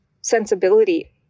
sensibility